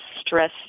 stress